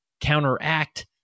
counteract